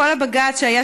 כל הבג"ץ שהיה,